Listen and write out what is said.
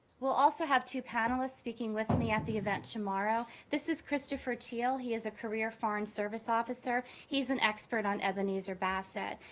we'll also have two panelists speaking with me at the event tomorrow. this is christopher teal. he is a career foreign service officer. he's an expert on ebenezer bassett,